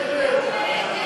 ההצעה